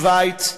שווייץ,